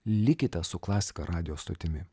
likite su klasika radijo stotimi